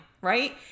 right